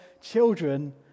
children